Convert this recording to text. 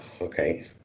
Okay